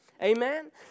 Amen